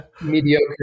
mediocre